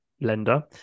lender